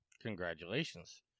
Congratulations